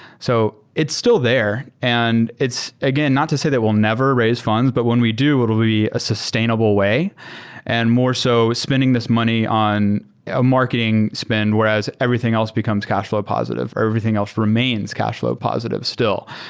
so it's still there and it's, again, not to say that we'll never raise funds, but when we do, it will be a sustainable way and more so spending this money on ah marketing spend, whereas everything else becomes cash fl ow positive or everything else remains cash fl ow positive still.